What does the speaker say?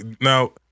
Now